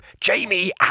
Jamie